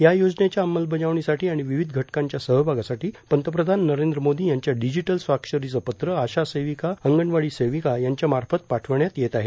या योजनेच्या अंमलबजावणीसाठी आणि विविध घटकांच्या सहभागासाठी पंतप्रधान नरेंद्र मोदी यांच्या डिजीटल स्वाक्षरीचे पत्र आशा सेविका अंगणवाडी सेविका यांच्यामार्फत पाठवण्यात येत आहे